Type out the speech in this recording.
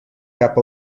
cap